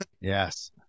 Yes